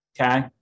Okay